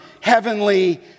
heavenly